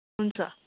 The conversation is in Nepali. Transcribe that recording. हुन्छ